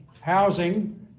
housing